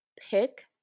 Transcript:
pick